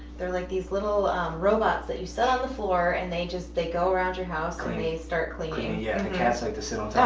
they're like these little robots that you sit on the floor and they just, they go around your house and they start cleaning. yeah, the cats like to sit on